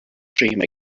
dream